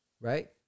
right